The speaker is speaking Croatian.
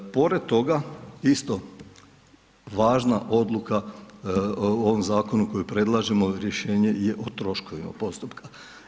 Pored toga, isto važna odluka u ovom zakonu, koje predlažemo rješenje je o troškovima postupka.